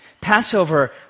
Passover